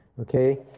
Okay